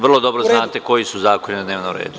Vrlo dobro znate koji su zakoni na dnevnom redu.